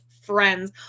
friends